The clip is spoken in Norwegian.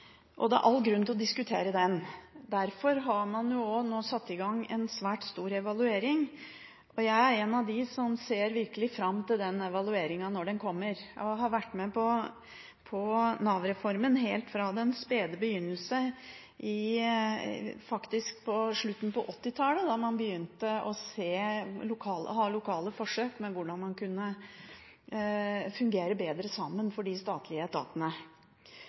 og det er all grunn til å diskutere den. Derfor har man nå satt i gang en svært stor evaluering. Jeg er en av dem som virkelig ser fram til den evalueringen, når den kommer. Jeg har vært med på Nav-reformen helt fra den spede begynnelse på slutten av 1980-tallet, da man begynte å ha lokale forsøk med hvordan de statlige etatene kunne fungere bedre sammen.